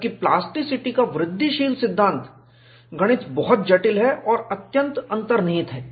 जबकि प्लास्टिसिटी का वृद्धिशील सिद्धांत गणित बहुत जटिल है और अत्यधिक अंतर्निहित है